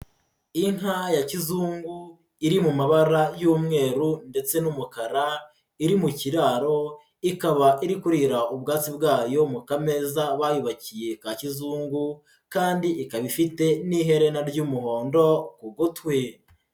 Inka ya kizungu, iri mu mabara y'umweru ndetse n'umukara, iri mu kiraro, ikaba iri kurira ubwatsi bwayo mu kameza bayubakiye ka kizungu kandi ikaba ifite n'ihena ry'umuhondo ku gutwi.